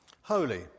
Holy